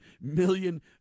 million